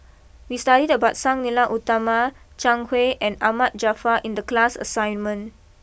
we studied about Sang Nila Utama Zhang Hui and Ahmad Jaafar in the class assignment